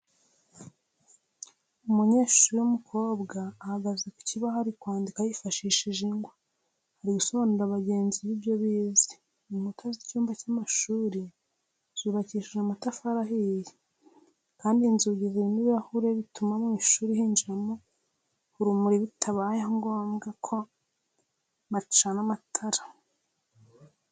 Umunyeshuri w'umukobwa ahagaze ku kibaho ari kwandika yifashishije ingwa, ari gusobanurira bagenzi be ibyo bize. Inkuta z'icyumba cy'amashuri zubakishije amatafari ahiye kandi inzugi zirimo ibirahure bituma mu ishuri hinjiramo urumuri bitabaye ngombwa ko bacana amatara.